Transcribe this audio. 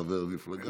חבר המפלגה.